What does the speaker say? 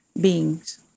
beings